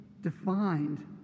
defined